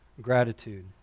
gratitude